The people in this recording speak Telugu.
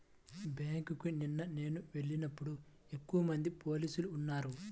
బ్యేంకుకి నిన్న నేను వెళ్ళినప్పుడు ఎక్కువమంది పోలీసులు ఉన్నారు